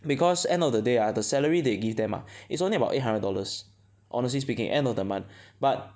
because end of the day ah the salary they give them ah is only about eight hundred dollars honestly speaking end of the month but